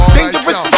Dangerous